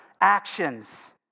actions